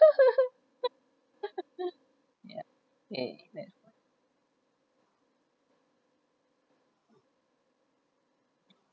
ya okay